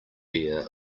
beer